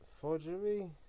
forgery